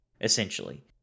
essentially